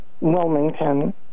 Wilmington